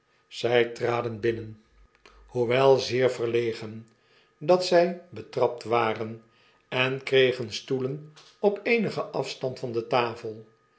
zij traden binnen hoewel zeer verlegen dat zjj betrapt waren en kregen stoelen op eenigen afstand van de tafel